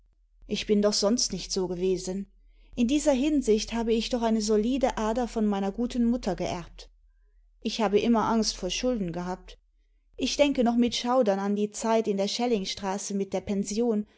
ich bin doch sonst nicht so gewesen in dieser hinsicht habe ich doch eine solide ader von meiner guten mutter geerbt ich habe immer angst vor schulden gehabt ich denke noch mit schaudern an die zeit in der schellingstraße mit der pension